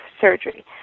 surgery